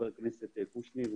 ח"כ קושניר,